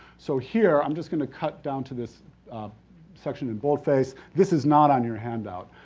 so, here, i'm just gonna cut down to this section in bold face. this is not on your handout,